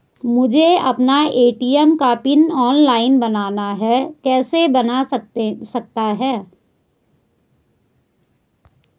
मुझे अपना ए.टी.एम का पिन ऑनलाइन बनाना है कैसे बन सकता है?